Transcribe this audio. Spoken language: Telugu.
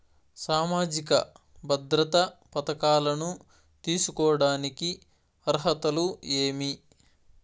సామాజిక భద్రత పథకాలను తీసుకోడానికి అర్హతలు ఏమి?